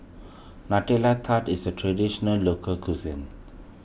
Nutella Tart is a Traditional Local Cuisine